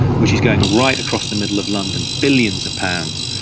which is going right across the middle of london, billions of pounds.